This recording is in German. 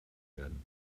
werden